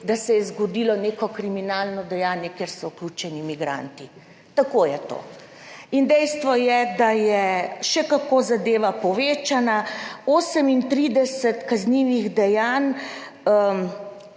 da se je zgodilo neko kriminalno dejanje, kjer so vključeni migranti. Tako je to. In dejstvo je, da je še kako zadeva povečana, 38 kaznivih dejanj,